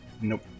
Nope